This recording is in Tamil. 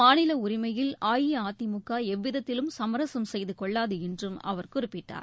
மாநில உரிமையில் அஇஅதிமுக எவ்விதத்திலும் சுமரசம் செய்து கொள்ளாது என்றும் அவர் குறிப்பிட்டார்